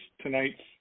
tonight's